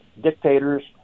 dictators